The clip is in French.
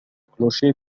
clocher